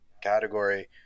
category